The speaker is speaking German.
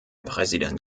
präsident